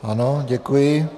Ano, děkuji.